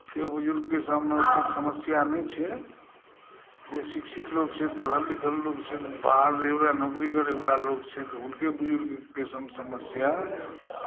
ओते बुजुर्ग सभमे किछु समस्या नहि छै जे शिक्षित लोक छै पढ़ल लिखल लोक छै बहार नौकरी करए वाला लोक छै हुनके बुजुर्गक सङ्ग समस्या